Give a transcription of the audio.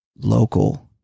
local